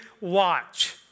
watch